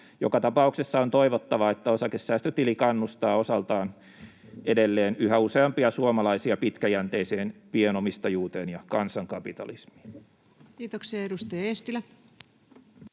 Joka tapauksessa on toivottavaa, että osakesäästötili kannustaa osaltaan edelleen yhä useampia suomalaisia pitkäjänteiseen pienomistajuuteen ja kansankapitalismiin. Kiitoksia. — Edustaja Eestilä.